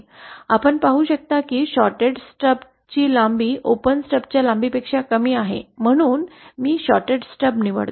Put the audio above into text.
आपण पाहू शकता की शॉर्ट्ड स्टबची लांबी ओपन स्टबच्या लांबीपेक्षा कमी आहे म्हणून मी शॉर्टड स्ट्रब निवडतो